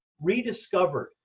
rediscovered